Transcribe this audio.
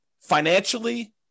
financially